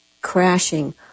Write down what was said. crashing